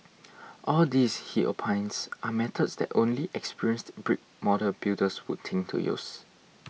all these he opines are methods that only experienced brick model builders would think to use